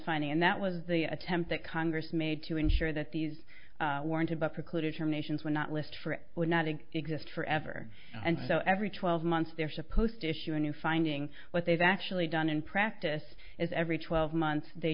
fine and that was the attempt that congress made to ensure that these weren't about precluded terminations were not list for it would not exist forever and so every twelve months they're supposed to issue a new finding what they've actually done in practice is every twelve months they